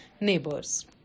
neighbors